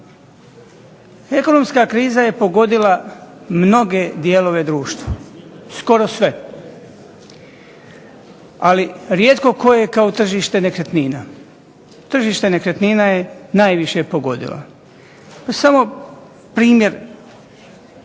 Ekonomska kriza je pogodila mnoge dijelove društva, skoro sve, ali rijetko koje tržište nekretnina. Tržište nekretnina je najviše pogodila. Samo primjer,